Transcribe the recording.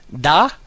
da